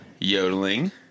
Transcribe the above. Yodeling